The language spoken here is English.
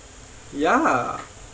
ya